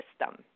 system